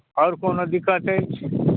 आओर कोनो दिक्कत अछि